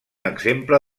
exemple